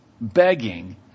begging